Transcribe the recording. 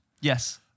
Yes